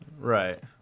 Right